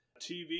TV